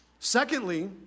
Secondly